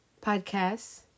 podcasts